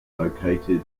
located